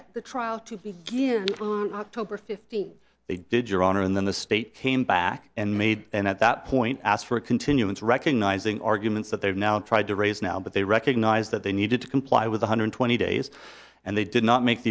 set the trial to be fifty they did your honor and then the state came back and made and at that point asked for a continuance recognizing arguments that they've now tried to raise now but they recognized that they needed to comply with one hundred twenty days and they did not make